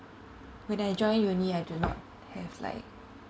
when I join uni I do not have like